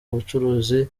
ubucuruzi